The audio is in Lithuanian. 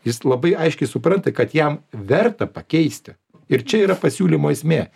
jis labai aiškiai supranta kad jam verta pakeisti ir čia yra pasiūlymo esmė